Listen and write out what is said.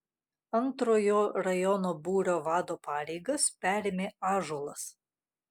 antrojo rajono būrio vado pareigas perėmė ąžuolas